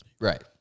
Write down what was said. Right